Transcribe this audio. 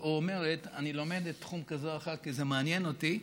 או אומרת: אני לומדת תחום כזה או אחר כי זה מעניין אותי,